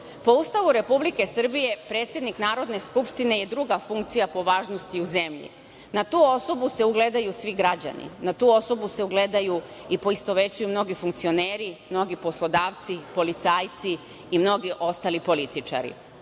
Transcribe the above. Ustavu Republike Srbije, predsednik Narodne skupštine je druga funkcija po važnosti u zemlji. Na tu osobu se ugledaju svi građani. Na tu osobu se ugledaju i poistovećuju mnogi funkcioneri, mnogi poslodavci, policajci i mnogi ostali političari. Ana